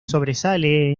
sobresale